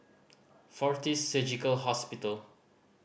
Fortis Surgical Hospital